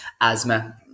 asthma